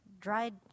dried